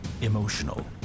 emotional